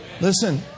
Listen